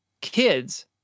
kids